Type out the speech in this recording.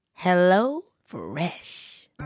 HelloFresh